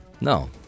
No